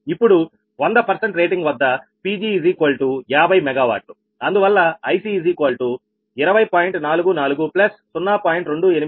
ఇప్పుడు 100రేటింగ్ వద్ద Pg50 MWఅందువల్ల IC20